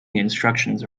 instructions